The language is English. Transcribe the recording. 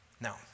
Now